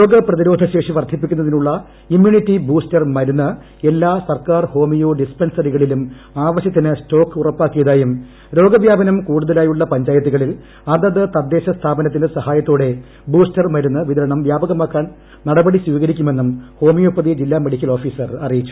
ര്യോഗ്ല് പ്രതിരോധ ശേഷി വർധിപ്പിക്കുന്നതിനുള്ള ഇമ്മ്യൂണ്ടിറ്റീംബൂസ്റ്റർ മരുന്ന് എല്ലാ സർക്കാർ ഹോമിയോ ഡ്രിസ്ട്പെൻസറികളിലും ആവശ്യത്തിന് സ്റ്റോക്ക് ഉറപ്പൂക്കിയതായും രോഗവ്യാപനം കൂടുതലായുള്ള പഞ്ചായിത്തുകളിൽ അതത് തദ്ദേശ സ്ഥാപനത്തിന്റെ സഹായ്യത്തോടെ ബൂസ്റ്റർ മരുന്ന് വിതരണം വൃാപകമാക്കാൻ നടപടി സ്വീകരിക്കുമെന്നും ഹോമിയോപ്പതി ജില്ലാ മെഡിക്കൽ ഓഫീസർ അറിയിച്ചു